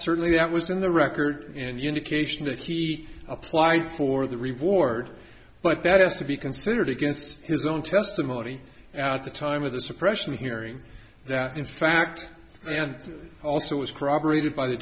certainly that was in the record in the indication that he applied for the reward but that has to be considered against his own testimony at the time of the suppression hearing that in fact and also was corroborated by the